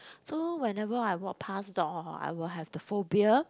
so whenever I walk pass dog hor I will have the phobia